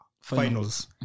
finals